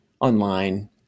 online